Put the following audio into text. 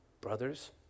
brothers